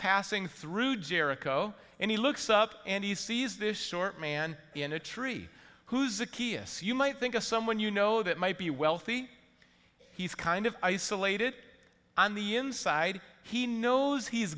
passing through jericho and he looks up and he sees this short man in a tree who's a key is you might think of someone you know that might be wealthy he's kind of isolated on the inside he knows he's